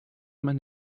man